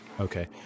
Okay